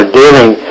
dealing